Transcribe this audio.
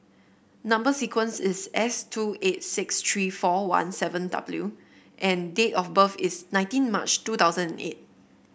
number sequence is S two eight six three four one seven W and date of birth is nineteen March two thousand and eight